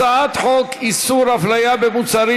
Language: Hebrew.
הצעת חוק איסור הפליה במוצרים,